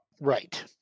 Right